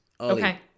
okay